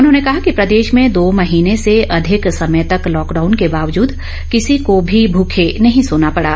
उन्होंने कहा कि प्रदेश में दो महीने से अधिक समय तक लॉकडॉउन के बावजूद किसी को भी भूखे नहीं सोना पडा